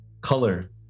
color